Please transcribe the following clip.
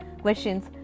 questions